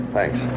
Thanks